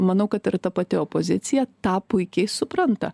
manau kad ir ta pati opozicija tą puikiai supranta